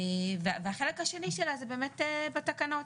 והחלק השני שלה זה באמת בתקנות.